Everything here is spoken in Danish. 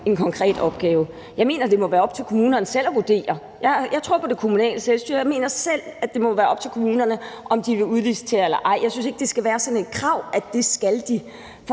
en konkret opgave. Jeg mener, at det må være op til kommunerne selv at vurdere. Jeg tror på det kommunale selvstyre, og jeg mener, at det må være op til kommunerne selv, om de vil udlicitere eller ej. Jeg synes ikke, at det skal være et krav, at det skal de.